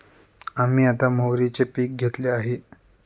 आम्ही आता मोहरीचे पीक घेतले आहे